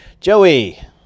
joey